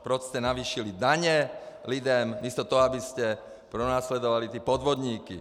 Proč jste navýšili daně lidem, místo toho, abyste pronásledovali ty podvodníky.